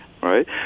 right